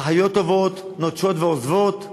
האחיות הטובות נוטשות ועוזבות.